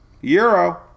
euro